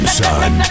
son